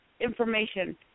information